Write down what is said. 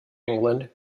england